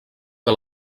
que